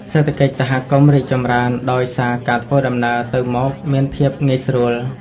សេដ្ឋកិច្ចសហគមន៍រីកចម្រើន ដោយសារការធ្វើដំណើរទៅមកមានភាពងាយស្រួល។